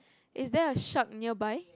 is there a shark nearby